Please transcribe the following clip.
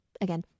again